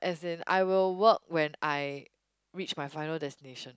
as in I will work when I reach my final destination